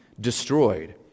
destroyed